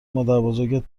مادربزرگت